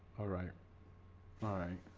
alright fine